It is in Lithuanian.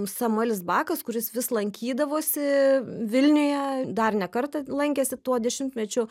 samuelis bakas kuris vis lankydavosi vilniuje dar ne kartą lankėsi tuo dešimtmečiu